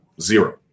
zero